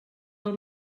del